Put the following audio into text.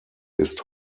ist